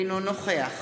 אינו נוכח